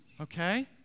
Okay